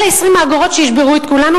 אלה 20 האגורות שישברו את כולנו,